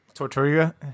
Tortuga